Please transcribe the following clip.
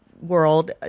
world